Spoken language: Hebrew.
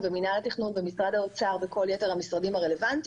אני מאוד מודה למינהל התכנון ולמשרד הפנים על שיתוף הפעולה.